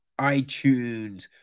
iTunes